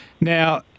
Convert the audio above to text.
Now